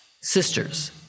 sisters